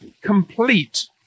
complete